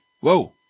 Whoa